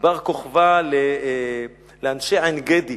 בר-כוכבא לאנשי עין-גדי.